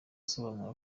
asobanura